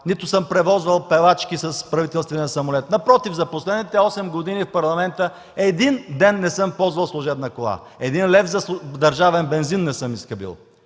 нито съм превозвал певачки с правителствения самолет. Напротив, за последните 8 години в парламента един ден не съм ползвал служебна кола, един лев за държавен бензин не съм изхабил